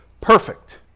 perfect